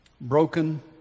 Broken